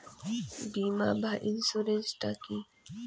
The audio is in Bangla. বিমা বা ইন্সুরেন্স টা কি?